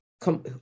come